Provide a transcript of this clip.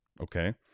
Okay